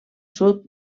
sud